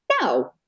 No